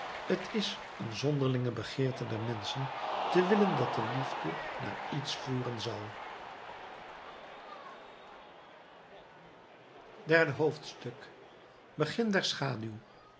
t is een zonderlinge begeerte der menschen te willen dat de liefde naar iets voeren zal derde hoofdstuk begin der schaduw